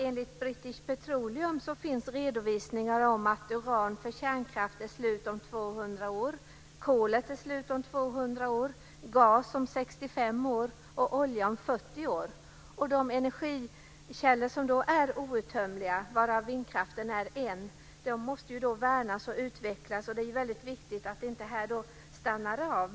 Enligt British Petroleum är uranet för kärnkraft slut om 200 år, kolet är slut om 200 år, gasen är slut om 65 år och oljan är slut om 40 år. De energikällor som då är outtömliga - varav vindkraften är en - måste därför värnas och utvecklas. Det är väldigt viktigt att detta arbete inte stannar av.